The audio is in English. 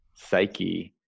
psyche